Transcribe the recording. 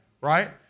right